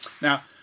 Now